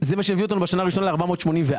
הראשון ל-484.